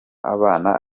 abana